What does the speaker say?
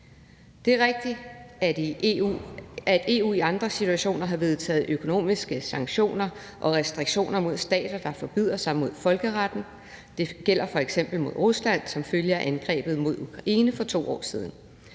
Det er rigtigt, at EU i andre situationer har vedtaget økonomiske sanktioner og restriktioner mod stater, der forbryder sig mod folkeretten. Det gælder f.eks. mod Rusland som følge af angrebet mod Ukraine for 2 år siden.